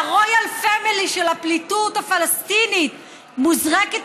וה-Royal family של הפליטות הפלסטינית מוזרקת